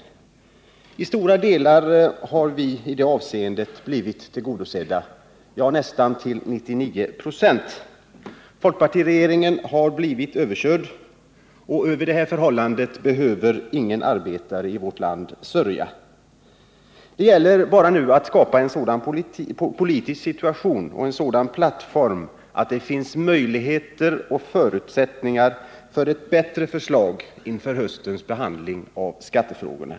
Vi har i det avseendet blivit tillgodosedda nästan till 99 96. Folkpartiregeringen har blivit överkörd, och över detta förhållande behöver ingen arbetare i vårt land sörja. Det gäller nu bara att skapa en annan politisk situation, där förutsättningar skapas för framläggandet av ett bättre förslag till höstens behandling av skattefrågan.